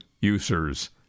users